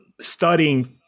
studying